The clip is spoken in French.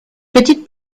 petite